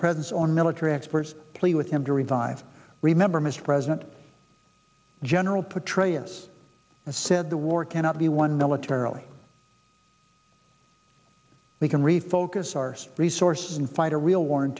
presence on military experts plead with him to revive remember mr president general petraeus said the war cannot be won militarily we can refocus our resources and fight a real war on